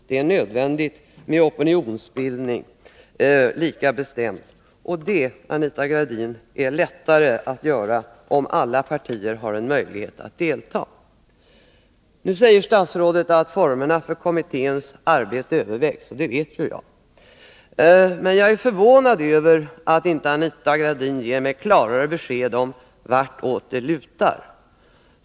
Det är lika nödvändigt med opinionsbildning, och det, Anita Gradin, är lättare att åstadkomma om alla partier har en möjlighet att delta. Nu säger statsrådet att formerna för kommitténs arbete övervägs — och det vet jag. Men jag är förvånad över att inte Anita Gradin ger mig ett klart besked om vartåt det lutar.